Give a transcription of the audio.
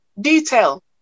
detail